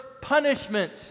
punishment